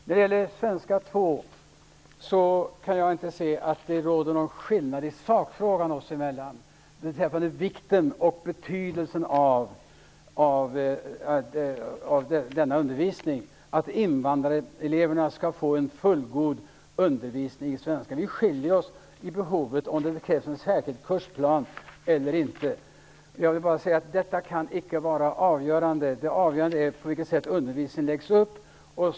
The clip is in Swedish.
När det gäller svenska 2 kan jag inte se att det i sakfrågan råder någon skillnad oss emellan beträffande vikten av denna undervisning. Invandrareleverna skall få en fullgod undervisning i svenska. Det som skiljer oss är om det krävs en särskild kursplan eller inte. Detta kan icke vara avgörande. Det avgörande är på vilket sätt undervisningen läggs upp.